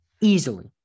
easily